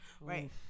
Right